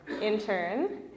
intern